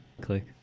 click